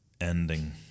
ending